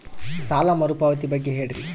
ಸಾಲ ಮರುಪಾವತಿ ಬಗ್ಗೆ ಹೇಳ್ರಿ?